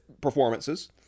performances